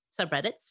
subreddits